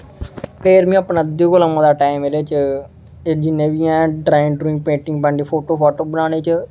फिर में अपना इं'दे कोला मता टाइम एह्दे च एह् जि'न्ने बी हैन ड्रांइग ड्रूइंग पेंटिंग बनदी फोटो फाटो बनाने च